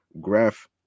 graph